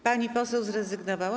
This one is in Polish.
Pani poseł zrezygnowała.